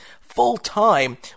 full-time